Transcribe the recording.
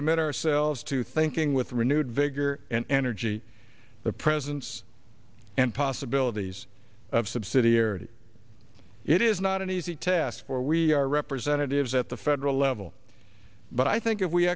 commit ourselves to thinking with renewed vigor and energy the president's and possibilities of subsidiarity it is not an easy task for we are representatives at the federal level but i think if we